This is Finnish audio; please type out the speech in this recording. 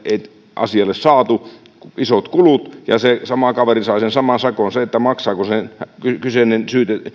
asialle ei saatu kuin isot kulut se sama kaveri sai sen saman sakon maksaako se kyseinen